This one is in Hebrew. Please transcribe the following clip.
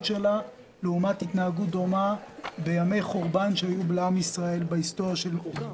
שלה לעומת התנהגות דומה בימי חורבן שהיו לעם ישראל בהיסטוריה.